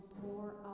pour